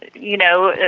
you know,